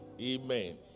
Amen